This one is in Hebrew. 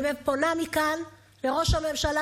אני פונה מכאן לראש הממשלה,